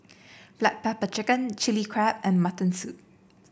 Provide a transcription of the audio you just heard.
Black Pepper Chicken Chili Crab and Mutton Soup